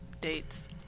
dates